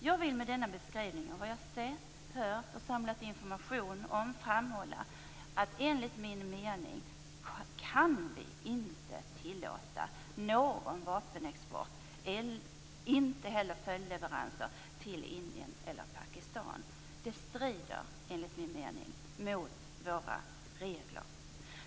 Jag vill med denna beskrivning av vad jag sett, hört och samlat information om framhålla att enligt min mening kan vi inte tillåta någon vapenexport, inte heller följdleveranser, till Indien eller Pakistan. Det strider enligt min mening mot våra regler.